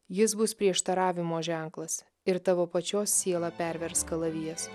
jis bus prieštaravimo ženklas ir tavo pačios sielą pervers kalavijas